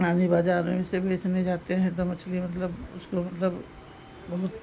आदमी बाजार में इसे बेचने जाते हैं तो मछली मतलब उसको मतलब बहुत